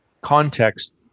context